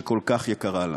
שכל כך יקרה לנו.